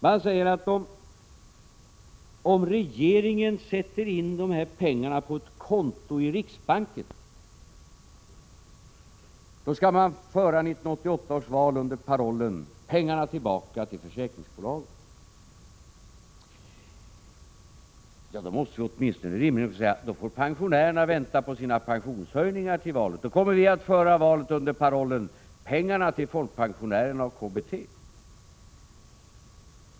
De säger att om regeringen sätter in pengarna på ett konto i riksbanken, då skall de föra 1988 års val under parollen: Pengarna tillbaka till försäkringsbolagen! Men den rimliga slutsatsen blir då att i så fall får pensionärerna vänta på sina pensionshöjningar till valet. Då kommer vi att föra valet under parollen: Pengarna till folkpensionärerna och KBT!